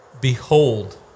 behold